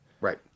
Right